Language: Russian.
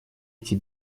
эти